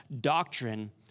doctrine